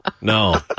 No